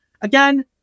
Again